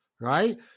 Right